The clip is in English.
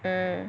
mm